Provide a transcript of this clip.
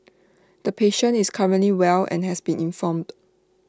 the patient is currently well and has been informed